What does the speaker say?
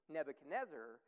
Nebuchadnezzar